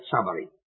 summary